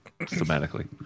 thematically